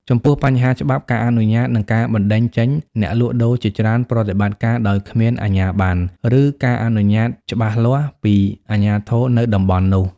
ចំពោះបញ្ហាច្បាប់ការអនុញ្ញាត និងការបណ្តេញចេញអ្នកលក់ដូរជាច្រើនប្រតិបត្តិការដោយគ្មានអាជ្ញាប័ណ្ណ ឬការអនុញ្ញាតច្បាស់លាស់ពីអាជ្ញាធរនៅតំបន់នោះ ។